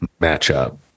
matchup